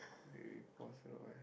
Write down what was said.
we pause for awhile